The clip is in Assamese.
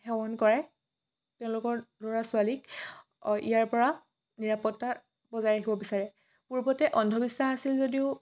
সেৱন কৰাই তেওঁলোকৰ ল'ৰা ছোৱালীক ইয়াৰ পৰা নিৰাপত্তা বজাই ৰাখিব বিচাৰে পূৰ্বতে অন্ধবিশ্বাস আছিল যদিও